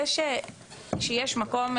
זה שיש מקום,